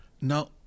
Now